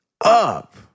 up